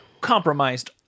compromised